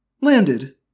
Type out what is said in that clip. Landed